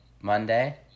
Monday